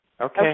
Okay